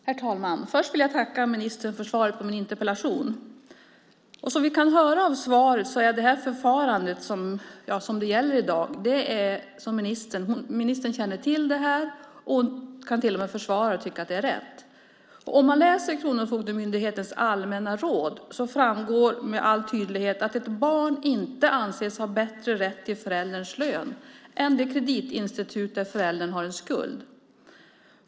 Herr talman! Först vill jag tacka ministern för svaret på min interpellation. Som vi kunde höra av svaret tycker ministern att dagens förfarande kan försvaras och att det är riktigt. I Kronofogdemyndighetens allmänna råd framgår det med all tydlighet att ett barn inte anses ha bättre rätt till förälderns lön än det kreditinstitut där föräldern har en skuld.